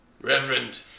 Reverend